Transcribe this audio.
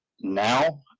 now